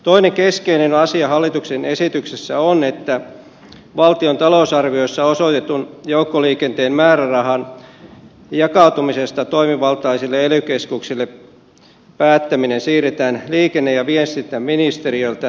toinen keskeinen asia hallituksen esityksessä on että valtion talousarviossa osoitetun joukkoliikenteen määrärahan jakautumisesta toimivaltaisille ely keskuksille päättäminen siirretään liikenne ja viestintäministeriöltä liikennevirastolle